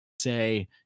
say